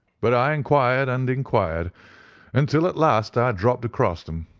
but i inquired and inquired until at last i dropped across them.